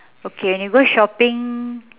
okay when you go shopping